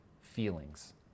feelings